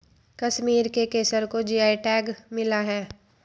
कश्मीर के केसर को जी.आई टैग मिला है